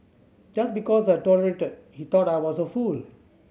just because I tolerated he thought I was a fool